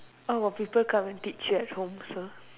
oh got people come and teach you at home also